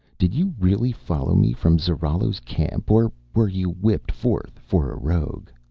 did you really follow me from zarallo's camp, or were you whipped forth for a rogue?